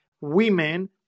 women